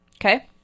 Okay